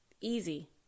easy